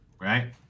right